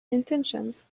intentions